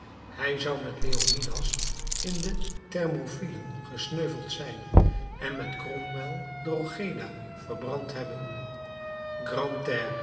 hij zou met leonidas in de thermopylen gesneuveld zijn en met cromwell drogheda verbrand hebben